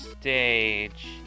stage